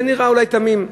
זה נראה אולי תמים,